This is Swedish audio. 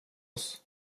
oss